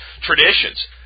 traditions